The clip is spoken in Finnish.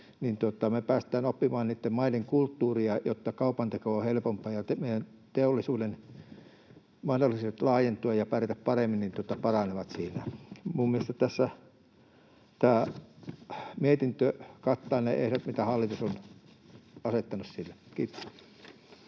niin me päästään oppimaan niitten maiden kulttuuria, jolloin kaupanteko on helpompaa ja meidän teollisuuden mahdollisuudet laajentua ja pärjätä paremmin paranevat siinä. Minun mielestäni tämä mietintö kattaa ne ehdot, mitä hallitus on asettanut sille. — Kiitos.